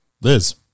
Liz